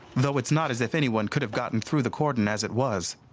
though it's not as if anyone could have got and through the cordon as it was.